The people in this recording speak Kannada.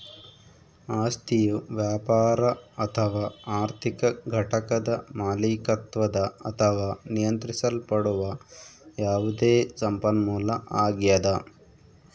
ಆಸ್ತಿಯು ವ್ಯಾಪಾರ ಅಥವಾ ಆರ್ಥಿಕ ಘಟಕದ ಮಾಲೀಕತ್ವದ ಅಥವಾ ನಿಯಂತ್ರಿಸಲ್ಪಡುವ ಯಾವುದೇ ಸಂಪನ್ಮೂಲ ಆಗ್ಯದ